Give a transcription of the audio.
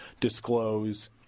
disclose